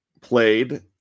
played